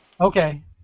Okay